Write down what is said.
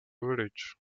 village